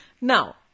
Now